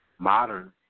Modern